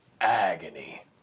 agony